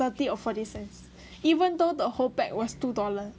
thirty or forty cents even though the whole pack was two dollar